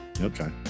Okay